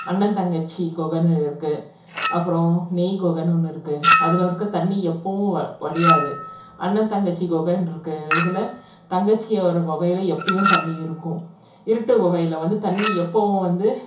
அண்ணன் தங்கச்சி குகைனுன்னு இருக்குது அப்புறம் நெய் குகைனு ஒன்று இருக்குது அதில் இருக்கற தண்ணி எப்பவும் வடியாது அண்ணன் தங்கச்சி குகைனு இருக்கிறதுல தங்கச்சியை ஒரு குகையில எப்பயும் தண்ணி இருக்கும் இருட்டு குகையில வந்து தண்ணி எப்பவும் வந்து